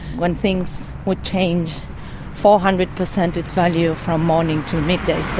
when things would change four hundred percent its value from morning to midday. so